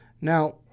Now